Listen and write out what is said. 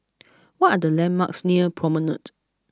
what are the landmarks near Promenade